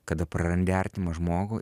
kada prarandi artimą žmogų